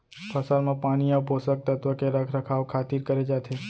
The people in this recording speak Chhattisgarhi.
फसल म पानी अउ पोसक तत्व के रख रखाव खातिर करे जाथे